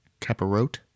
caparot